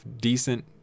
decent